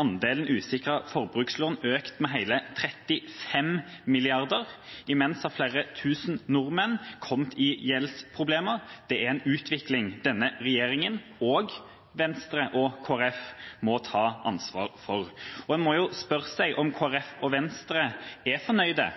andelen usikrede forbrukslån økt med hele 35 mrd. kr, og imens har flere tusen nordmenn kommet i gjeldsproblemer. Det er en utvikling denne regjeringa og Venstre og Kristelig Folkeparti må ta ansvar for. En må spørre seg om Kristelig Folkeparti og Venstre er